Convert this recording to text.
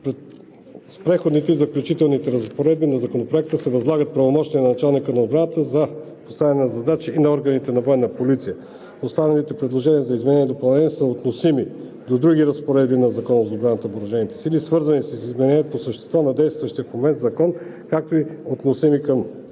С преходните и заключителни разпоредби на Законопроекта се възлагат правомощия на началника на отбраната за поставяне на задачи и на органите на военната полиция. Останалите предложения за изменения и допълнения са относими до други разпоредби на Закона за отбраната и въоръжените сили, свързани с измененията по същество на действащия в момента закон, както и относими към